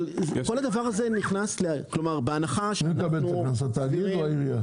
מי מקבל את הקנס, התאגיד או העירייה?